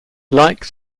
like